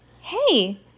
Hey